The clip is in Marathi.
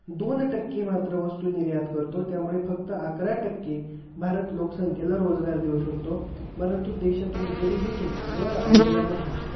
दोन टक्के मात्र वस्तू निर्यात करतो त्यामुळे फक्त अकरा टक्के भारत लोकसंख्येला रोजगार देऊ शकतो परंतु देशातून गरिबीतून वर आलेला नाही